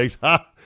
ha